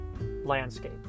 landscape